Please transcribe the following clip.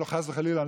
חס וחלילה,